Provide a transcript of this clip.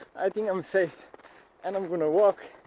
i think i'm safe and i'm gonna walk.